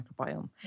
microbiome